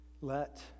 let